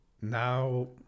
now